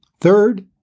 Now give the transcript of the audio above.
Third